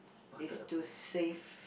is to save